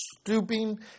stooping